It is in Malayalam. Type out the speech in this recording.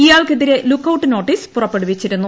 ഇയാൾക്കെതിരെ ലുക്ക്ഒൌട്ട് നോട്ടീസ് പുറപ്പെടുവിച്ചിരുന്നു